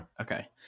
Okay